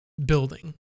Building